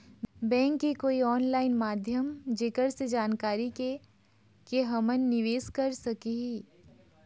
Bank के कोई online माध्यम जेकर से जानकारी के के हमन निवेस कर सकही?